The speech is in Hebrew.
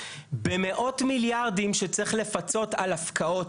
במאות מיליארדים שצריך לפצות על הפקעות,